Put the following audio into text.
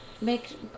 Make